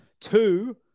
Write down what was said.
two